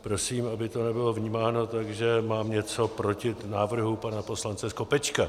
Prosím, aby to nebylo vnímáno tak, že mám něco proti návrhu pana poslance Skopečka.